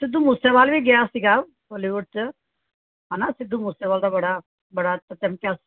ਸਿੱਧੂ ਮੂਸੇਵਾਲਾ ਵੀ ਗਿਆ ਸੀਗਾ ਬਾਲੀਵੁੱਡ 'ਚ ਹੈ ਨਾ ਸਿੱਧੂ ਮੂਸੇਵਾਲਾ ਦਾ ਬੜਾ ਬੜਾ ਚਰਚਾ